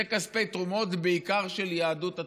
זה כספי תרומות, בעיקר של יהדות התפוצות.